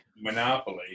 Monopoly